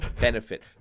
benefit